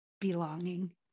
belonging